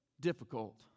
difficult